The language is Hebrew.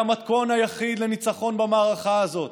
והמתכון היחיד לניצחון במערכה הזאת